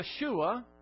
Yeshua